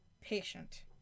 patient